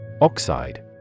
Oxide